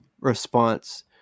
response